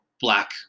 black